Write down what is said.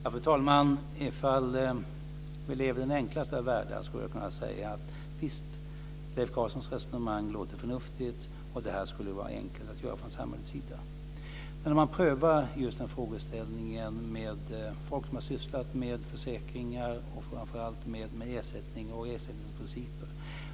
Fru talman! Ifall vi levde i den enklaste av världar skulle jag kunna säga: Visst, Leif Carlsons resonemang låter förnuftigt, och det här skulle vara enkelt att göra från samhället sida. Man kan pröva just den här frågeställningen med folk som har sysslat med försäkringar och framför allt med ersättningar och ersättningsprinciper.